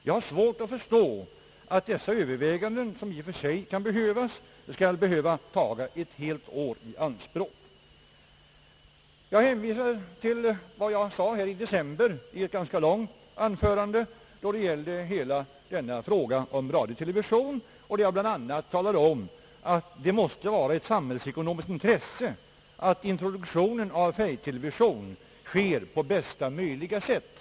Jag har svårt att förstå att de överväganden, som i och för sig kan erfordras, skall behöva ta ett helt år i anspråk. Jag hänvisar till vad jag i december sade här i kammaren i ett ganska långt anförande då det gällde hela frågan om radion och televisionen. Jag framhöll bl.a. att det måste vara ett samhällsekonomiskt intresse att färgtelevisionen introduceras på bästa möjliga sätt.